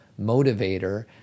motivator